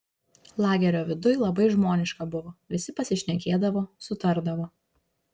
lagerio viduj labai žmoniška buvo visi pasišnekėdavo sutardavo